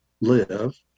live